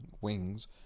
wings